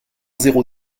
zéro